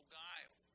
guile